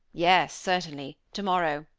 yes, certainly, tomorrow,